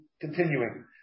Continuing